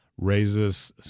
raises